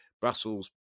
Brussels